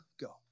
go